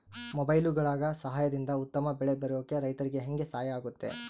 ಮೊಬೈಲುಗಳ ಸಹಾಯದಿಂದ ಉತ್ತಮ ಬೆಳೆ ಬರೋಕೆ ರೈತರಿಗೆ ಹೆಂಗೆ ಸಹಾಯ ಆಗುತ್ತೆ?